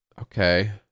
Okay